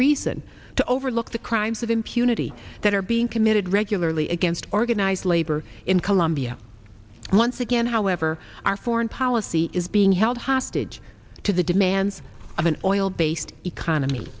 reason to overlook the crimes of impunity that are being committed regularly against organized labor in colombia once again however our foreign policy is being held hostage to the demands of an oil based economy